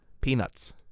Peanuts